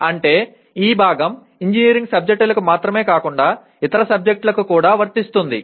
అంటే ఈ భాగం ఇంజనీరింగ్ సబ్జెక్టులకు మాత్రమే కాకుండా ఇతర సబ్జెక్టులకు కూడా వర్తిస్తుంది